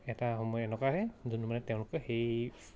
এটা সময় এনেকুৱা আহে যোনটো মানে তেওঁলোকে সেই